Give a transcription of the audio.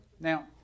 now